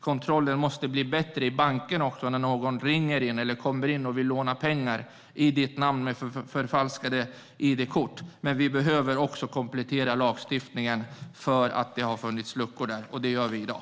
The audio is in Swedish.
Kontrollen måste bli bättre även hos banken när någon ringer eller kommer in och vill låna pengar i ditt namn med förfalskat id-kort. Men vi behöver också komplettera lagstiftningen, eftersom det har funnits luckor i den, och det gör vi i dag.